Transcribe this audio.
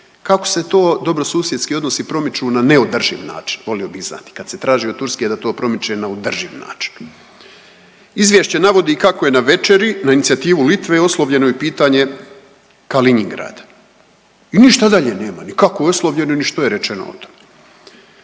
Kako se to dobrosusjedski odnosi promiču na neodrživ način volio bih znati kad se traži od Turske da to promiče na održiv način? Izvješće navodi kako je na večeri na inicijativu Litve oslovljeno i pitanje Kalinjingrada i ništa dalje nema, ni kako je oslovljeno, ni što je rečeno o tome.